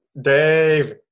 Dave